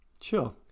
Sure